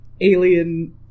alien